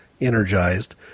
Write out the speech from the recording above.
energized